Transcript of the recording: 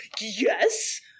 yes